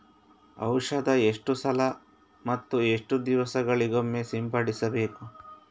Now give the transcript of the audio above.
ಔಷಧ ಎಷ್ಟು ಸಲ ಮತ್ತು ಎಷ್ಟು ದಿವಸಗಳಿಗೊಮ್ಮೆ ಸಿಂಪಡಿಸಬೇಕು?